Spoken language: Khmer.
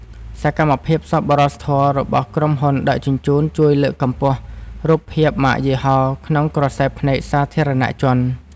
សកម្មភាពសប្បុរសធម៌របស់ក្រុមហ៊ុនដឹកជញ្ជូនជួយលើកកម្ពស់រូបភាពម៉ាកយីហោក្នុងក្រសែភ្នែកសាធារណជន។